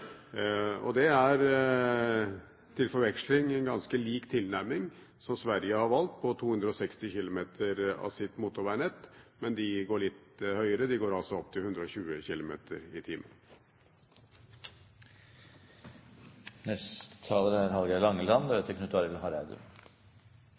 år. Det er til forveksling ganske lik den tilnærming som Sverige har valgt på 260 km av sitt motorvegnett, men de går litt høyere, de går altså opp til 120